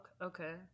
okay